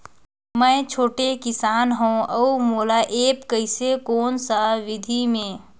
मै एक छोटे किसान हव अउ मोला एप्प कइसे कोन सा विधी मे?